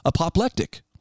apoplectic